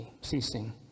ceasing